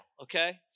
Okay